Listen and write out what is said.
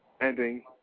ending